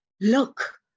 look